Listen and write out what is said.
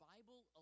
Bible